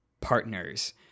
partners